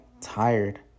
tired